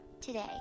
today